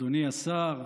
אדוני השר,